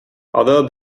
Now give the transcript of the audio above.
although